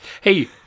Hey